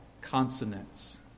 consonants